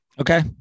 Okay